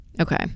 okay